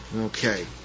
Okay